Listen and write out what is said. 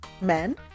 men